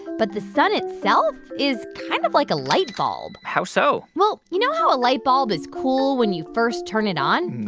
but the sun itself is kind of like a lightbulb how so? well, you know how a lightbulb is cool when you first turn it on?